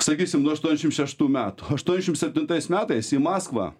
sakysim nuo aštuoniasdešim šeštų metų aštuoniasdešim septintais metais į maskvą